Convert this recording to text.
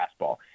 fastball